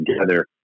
together